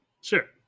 Sure